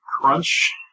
Crunch